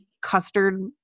custard